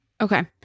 Okay